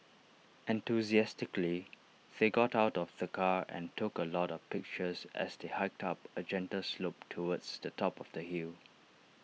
enthusiastically they got out of the car and took A lot of pictures as they hiked up A gentle slope towards the top of the hill